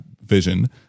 vision